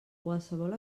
qualsevol